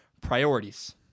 priorities